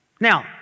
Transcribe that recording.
Now